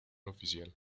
oficial